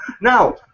Now